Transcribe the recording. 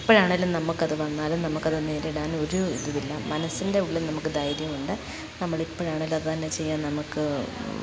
ഇപ്പോഴാണെങ്കിലും നമുക്ക് അത് വന്നാലും നമുക്ക് അത് നേരിടാൻ ഒരു ഇതും ഇല്ല മനസ്സിൻ്റെ ഉള്ളിൽ നമുക്ക് ധൈര്യമുണ്ട് നമ്മൾ ഇപ്പോഴാണെങ്കിലും അത് തന്നെ ചെയ്യാൻ നമുക്ക്